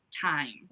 time